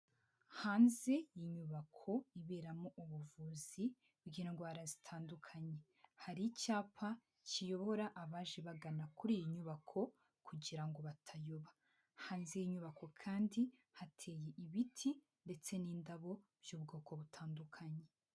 Hanze y'inyubako iberamo ubuvuzi bw'indwara zitandukanye. Hari icyapa kiyobora abaje bagana kuri iyi nyubako kugira ngo batayoba. Hanze y'inyubako kandi hateye ibiti ndetse n'indabo by'ubwoko butandukanye.